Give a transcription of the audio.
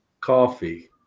coffee